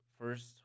first